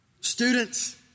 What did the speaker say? Students